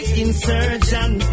insurgent